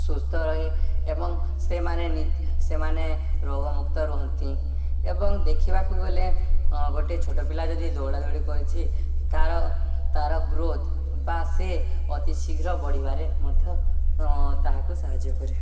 ସୁସ୍ଥ ରହେ ଏବଂ ସେମାନେ ସେମାନେ ରୋଗମୁକ୍ତ ରୁହନ୍ତି ଏବଂ ଦେଖିବାକୁ ଗଲେ ଗୋଟେ ଛୋଟ ପିଲା ଯଦି ଦୌଡ଼ା ଦୌଡ଼ି କରିଛି ତା'ର ତା'ର ଗ୍ରୋଥ୍ ବା ସେ ଅତି ଶୀଘ୍ର ବଢ଼ିବାରେ ମଧ୍ୟ ତାହାକୁ ସାହାଯ୍ୟ କରେ